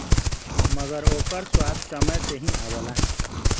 मगर ओकर स्वाद समय से ही आवला